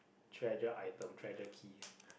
treasure item treasure key